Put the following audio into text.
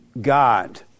God